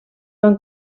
van